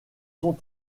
sont